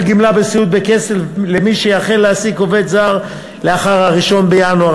גמלת סיעוד בכסף למי שיחל להעסיק עובד זר לאחר 1 בינואר